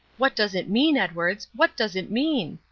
what does it mean, edwards, what does it mean?